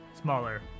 smaller